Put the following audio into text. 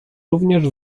również